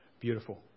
beautiful